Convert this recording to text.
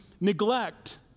neglect